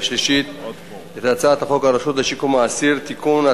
שלישית את הצעת חוק הרשות לשיקום האסיר (תיקון),